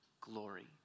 glory